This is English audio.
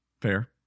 Fair